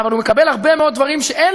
אבל הוא מקבל הרבה מאוד דברים שאין